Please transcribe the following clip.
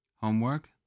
Homework